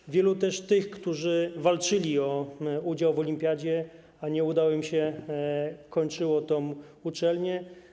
Też wielu tych, którzy walczyli o udział w olimpiadzie, a nie udało im się, kończyło tę uczelnię.